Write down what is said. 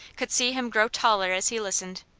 could see him grow taller as he listened.